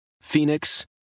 Phoenix